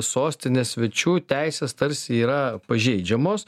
sostinės svečių teises tarsi yra pažeidžiamos